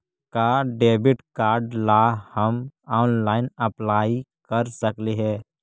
का debit card ला हम ऑनलाइन अप्लाई कर सकली हे?